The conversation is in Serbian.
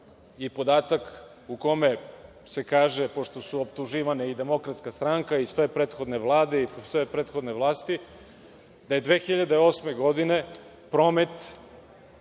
i podatak u kome se kaže, pošto su optuživane i DS i sve prethodne vlade i sve prethodne vlasti, da je 2008. godine promet